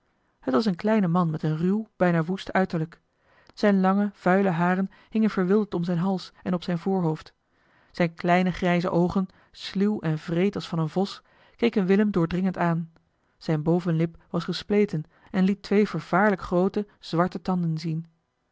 het was een kleine man met een ruw bijna woest uiterlijk zijne lange vuile haren hingen verwilderd om zijn hals en op zijn voorhoofd zijne kleine grijze oogen sluw en wreed als van een vos keken willem doordringend aan zijne bovenlip was gespleten en liet twee vervaarlijk groote zwarte tanden zien